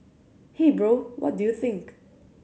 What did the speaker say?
hey bro what do you think